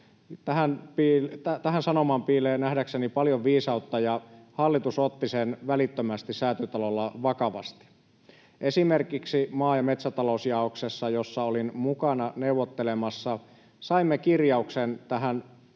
Tähän sanomaan piilee nähdäkseni paljon viisautta, ja hallitus otti sen välittömästi Säätytalolla vakavasti. Esimerkiksi maa- ja metsätalousjaoksessa, jossa olin mukana neuvottelemassa, saimme tähän hyvään paperiin